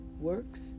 works